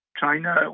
China